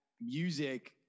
music